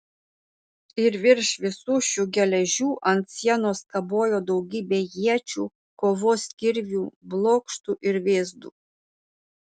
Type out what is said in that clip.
ir virš visų šių geležių ant sienos kabojo daugybė iečių kovos kirvių blokštų ir vėzdų